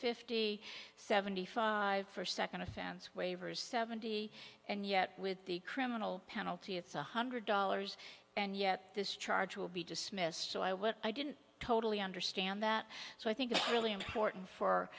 fifty seventy five for second offense waivers seventy and yet with the criminal penalty it's one hundred dollars and yet this charge will be dismissed so i what i didn't totally understand that so i think it's really important for